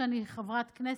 כשאני חברת כנסת.